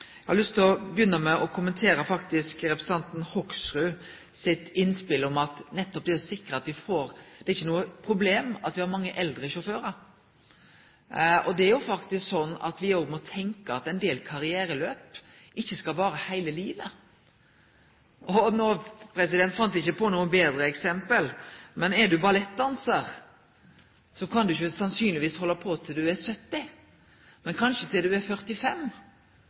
Eg har lyst til å begynne med å kommentere representanten Hoksruds innspel om at det ikkje er noko problem at vi har mange eldre sjåførar. Det er faktisk sånn at me òg må tenkje at ein del karrierelaup ikkje varer heile livet. Eg fann ikkje på noko betre eksempel, men er ein ballettdansar, så kan ein sannsynlegvis ikkje halde på til ein er 70 år, men kanskje til ein er 45.